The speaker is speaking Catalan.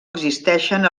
existeixen